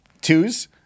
Twos